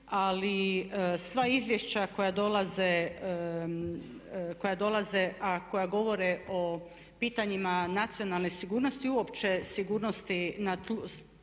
ali sva izvješća koja dolaze a koja govore o pitanjima nacionalne sigurnosti i uopće sigurnosti